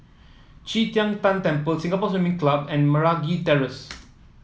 Qi Tian Tan Temple Singapore Swimming Club and Meragi Terrace